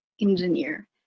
engineer